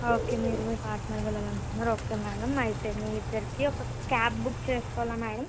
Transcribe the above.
okay మీరు మీ partner వెళ్ళాలి అనుకుంటున్నారా ఓకే మేడం అయితే మీ ఇద్దరికి ఒక క్యాబ్ బుక్ చేసుకోవాలా మేడం